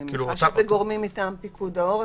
אני מניחה שמדובר בגורמים מטעם פיקוד העורף.